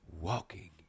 walking